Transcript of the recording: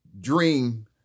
dream